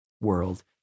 world